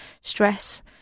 stress